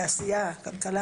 תעשייה, כלכלה.